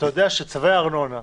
אתה יודע שצווי ארנונה,